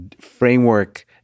framework